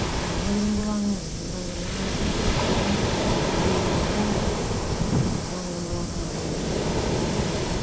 வேற என்ன விரும்புவாங்க விரும்புறதெல்லாம் தொலைக்காட்சியும் சீரியலும் இதுதான் விரும்புகிறாங்க வேற எதையும் விரும்புறது கிடையாது